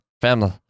family